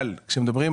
אבל כשמדברים,